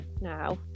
now